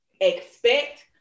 expect